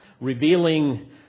revealing